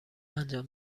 انجام